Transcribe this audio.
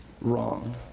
wrong